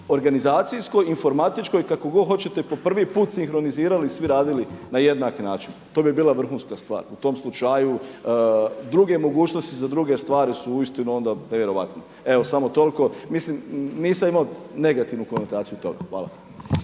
organizacijskoj, informatičkoj kako god hoćete po prvi put sinkronizirali svi radili na jednak način. To bi bila vrhunska stvar. U tom slučaju druge mogućnosti za druge stvari su uistinu onda nevjerojatne. Evo samo toliko. Mislim nisam imao negativnu konotaciju toga. Hvala.